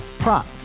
Prop